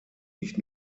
nicht